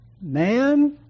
man